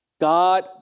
God